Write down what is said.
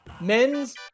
Men's